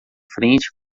frente